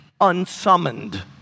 unsummoned